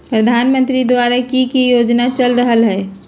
प्रधानमंत्री द्वारा की की योजना चल रहलई ह?